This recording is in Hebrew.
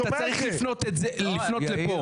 אתה צריך לפנות לפה.